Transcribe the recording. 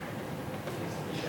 2 נתקבלו.